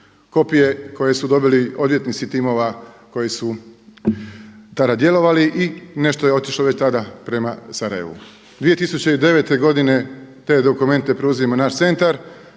kopije koje su dobili odvjetnici timova koji su tada djelovali i nešto je otišlo već tada prema Sarajevu. 2009. godine te dokumente preuzima naš centar.